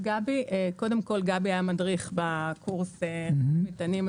קודם כל גבי היה מדריך בקורס מטענים,